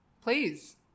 please